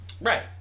Right